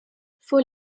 faut